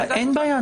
אין בעיה.